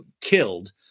killed